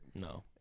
No